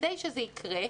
כדי שזה יקרה,